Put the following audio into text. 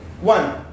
One